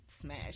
smash